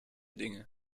dinge